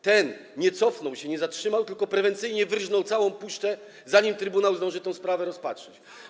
Ten nie cofnął się, nie zatrzymał, tylko prewencyjnie wyrżnął całą puszczę, zanim trybunał zdążył tę sprawę rozpatrzyć.